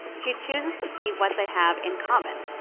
she chooses to see what they have in common.